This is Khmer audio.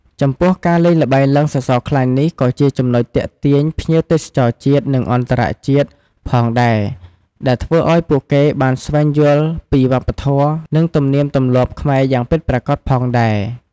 ចំពោះការលេងល្បែងឡើងសសរខ្លាញ់នេះក៏ជាចំណុចទាក់ទាញភ្ញៀវទេសចរជាតិ និងអន្តរជាតិផងដែរ ដែលធ្វើឱ្យពួកគេបានស្វែងយល់ពីវប្បធម៌ និងទំនៀមទម្លាប់ខ្មែរយ៉ាងពិតប្រាកដផងដែរ។